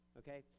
okay